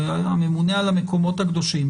הממונה על המקומות הקדושים,